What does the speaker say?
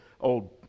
old